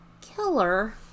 killer